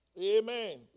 Amen